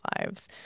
lives